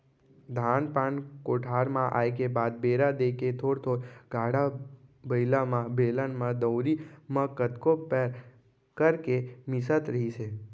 धान पान कोठार म आए के बाद बेरा देख के थोर थोर गाड़ा बइला म, बेलन म, दउंरी म कतको पैर कर करके मिसत रहिस हे